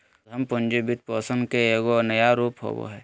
उद्यम पूंजी वित्तपोषण के एगो नया रूप होबा हइ